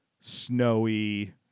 snowy